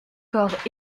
corps